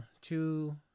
two